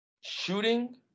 shooting